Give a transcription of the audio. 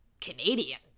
Canadian